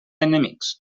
enemics